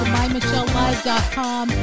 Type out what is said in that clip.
mymichellelive.com